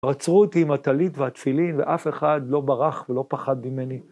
עצרו אותי עם הטלית והתפילין, ואף אחד לא ברח ולא פחד ממני.